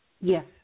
Yes